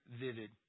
vivid